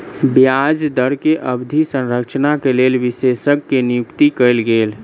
ब्याज दर के अवधि संरचना के लेल विशेषज्ञ के नियुक्ति कयल गेल